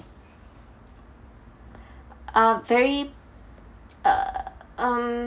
uh very uh um